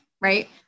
right